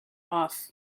off